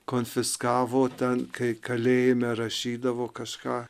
konfiskavo ten kai kalėjime rašydavo kažką